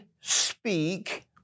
speak